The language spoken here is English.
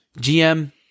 GM